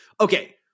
okay